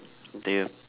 do you